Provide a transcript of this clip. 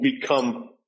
become